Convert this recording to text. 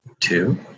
two